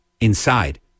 inside